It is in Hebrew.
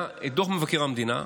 היה דוח מבקר המדינה,